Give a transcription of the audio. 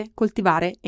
coltivare